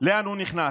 לאן הוא נכנס.